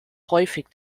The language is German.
häufig